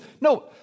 no